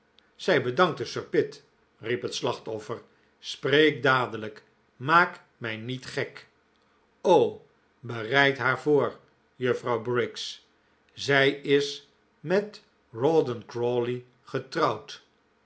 zij bedankte sir pitt riep het slachtoffer spreek dadelijk maak mij niet gek o bereid haar voor juffrouw briggs zij is met rawdon crawley getrouwd